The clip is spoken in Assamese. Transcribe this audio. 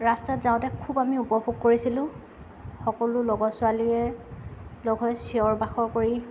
ৰাষ্টাত যাওঁতে খুব আমি উপভোগ কৰিছিলোঁ সকলো লগৰ ছোৱালীয়ে লগ হৈ চিঞৰ বাখৰ কৰি